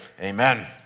Amen